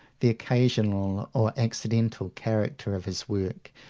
the occasional or accidental character of his work,